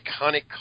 iconic